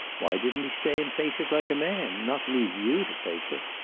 why didn't he stay and face it like a man? not leave you to face it.